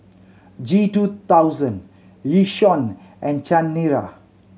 G two thousand Yishion and Chanira